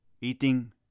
Eating